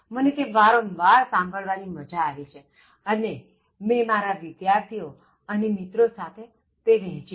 મને તે વારંવાર સાંભળવાની મજા આવી છે અને મેં મારા વિદ્યાર્થીઓ અને મિત્રો સાથે તે વહેંચી છે